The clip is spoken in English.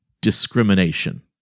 discrimination